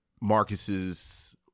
Marcus's